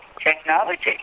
technology